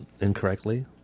incorrectly